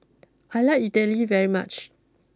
I like Idili very much